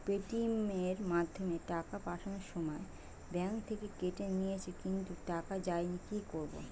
Paytm এর মাধ্যমে টাকা পাঠানোর সময় ব্যাংক থেকে কেটে নিয়েছে কিন্তু টাকা যায়নি কি করব?